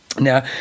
Now